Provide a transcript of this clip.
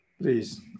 please